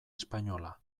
espainola